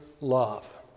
love